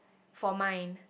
for mine